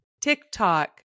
TikTok